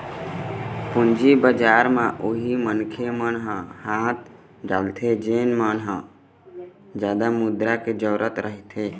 पूंजी बजार म उही मनखे मन ह हाथ डालथे जेन मन ल जादा मुद्रा के जरुरत रहिथे